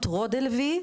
טרודלווי,